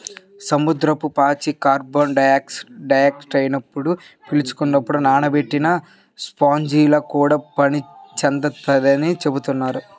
సముద్రపు పాచి కార్బన్ డయాక్సైడ్ను పీల్చుకుంటది, నానబెట్టే స్పాంజిలా కూడా పనిచేత్తదని చెబుతున్నారు